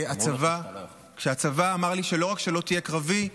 כשהצבא אמר לי: לא רק שלא תהיה קרבי,